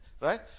right